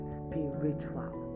spiritual